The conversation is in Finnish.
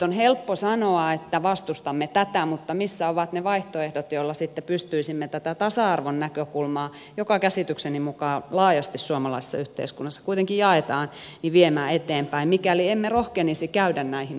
on helppo sanoa että vastustamme tätä mutta missä ovat ne vaihtoehdot joilla sitten pystyisimme tätä tasa arvon näkökulmaa joka käsitykseni mukaan laajasti suomalaisessa yhteiskunnassa kuitenkin jaetaan viemään eteenpäin mikäli emme rohkenisi käydä näihin uudistuksiin